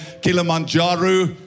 Kilimanjaro